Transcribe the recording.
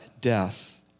death